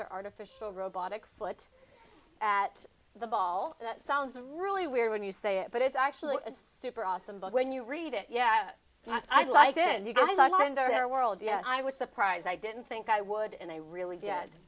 her artificial robotic foot at the ball that sounds really weird when you say it but it's actually super awesome but when you read it yeah i'd like to do you guys are kind of their world yeah i was surprised i didn't think i would and i really did